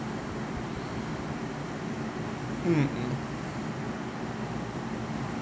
mm mm